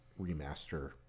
remaster